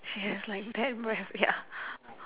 she has like bad breath ya